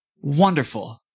wonderful